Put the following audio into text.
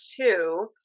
two